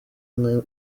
umwe